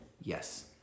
Yes